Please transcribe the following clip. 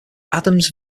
adams